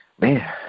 man